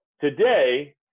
Today